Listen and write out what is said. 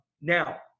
Now